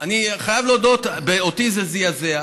אני חייב להודות שאותי זה זעזע.